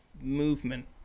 movement